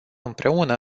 împreună